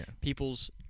people's